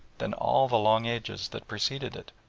than all the long ages that preceded it.